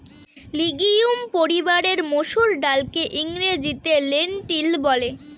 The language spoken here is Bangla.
লিগিউম পরিবারের মসুর ডালকে ইংরেজিতে লেন্টিল বলে